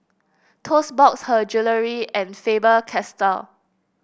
Toast Box Her Jewellery and Faber Castell